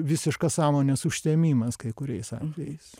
visiškas sąmonės užtemimas kai kuriais atvejais